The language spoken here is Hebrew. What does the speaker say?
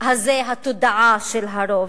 הזה התודעה של הרוב.